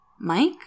Mike